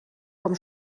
vom